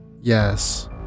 Yes